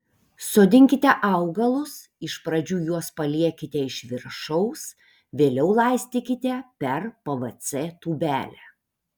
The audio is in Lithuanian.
sodinkite augalus iš pradžių juos paliekite iš viršaus vėliau laistykite per pvc tūbelę